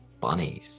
bunnies